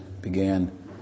began